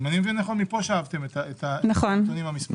אני מבין שמכאן שאבתם את הנתונים המספריים.